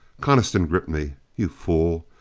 coniston gripped me. you fool!